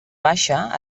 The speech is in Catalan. baixa